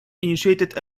initiated